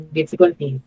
difficulty